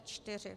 4.